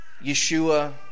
Yeshua